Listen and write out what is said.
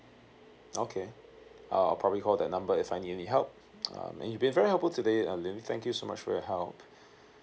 okay uh I'll probably call that number if I need any help uh you've been very helpful today uh lily thank you so much for your help